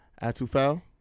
Atufal